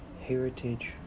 heritage